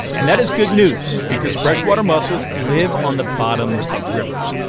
and that is good news because freshwater mussels live on the bottom of rivers.